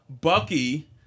Bucky